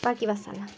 باقٕے وسَلام